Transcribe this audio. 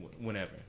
whenever